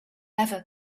ever